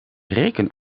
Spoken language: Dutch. reken